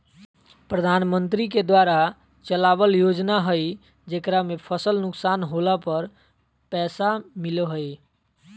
प्रधानमंत्री के द्वारा चलावल योजना हइ जेकरा में फसल नुकसान होला पर पैसा मिलो हइ